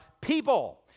people